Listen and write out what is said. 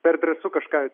per drąsu kažką